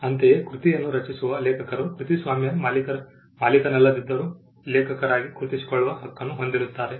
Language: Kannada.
ಅಂತೆಯೇ ಕೃತಿಯನ್ನು ರಚಿಸುವ ಲೇಖಕರು ಕೃತಿಸ್ವಾಮ್ಯ ಮಾಲೀಕನಲ್ಲದಿದ್ದರೂ ಲೇಖಕರಾಗಿ ಗುರುತಿಸಿಕೊಳ್ಳುವ ಹಕ್ಕನ್ನು ಹೊಂದಿರುತ್ತಾರೆ